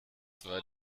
war